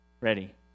ready